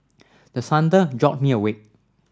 the thunder jolt me awake